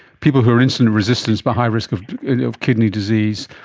people who are insulin resistant but high risk of of kidney disease,